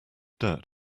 dirt